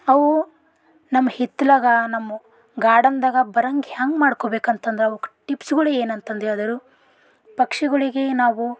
ಅವು ನಮ್ಮ ಹಿತ್ತಲಾಗ ನಮ್ಮ ಗಾರ್ಡನ್ದಾಗ ಬರಂಗೆ ಹ್ಯಾಂಗೆ ಮಾಡ್ಕೋಬೇಕಂತಂದ್ರೆ ಅವಕ್ಕೆ ಟಿಪ್ಸ್ಗಳು ಏನು ಅಂತಂದೇಳ್ದರೆ ಪಕ್ಷಿಗಳಿಗೆ ನಾವು